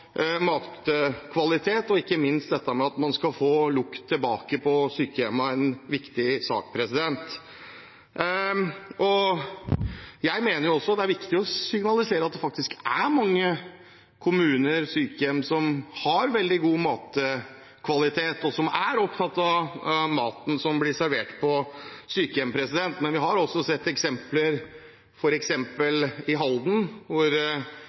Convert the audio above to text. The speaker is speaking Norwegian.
matkvalitet og ikke minst at man skal få lukt tilbake på sykehjemmene, en viktig sak. Jeg mener også det er viktig å signalisere at det faktisk er mange kommuner, sykehjem, som har veldig god matkvalitet, og som er opptatt av maten som blir servert på sykehjem. Men vi har også sett eksempler, f.eks. i Halden, hvor